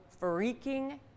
freaking